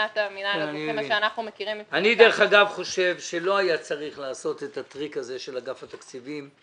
אני חושב שלא היה צריך לעשות את הטריק הזה של אגף התקציבים,